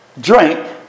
drink